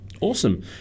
Awesome